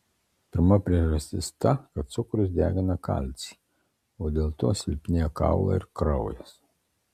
pirma priežastis ta kad cukrus degina kalcį o dėl to silpnėja kaulai ir kraujas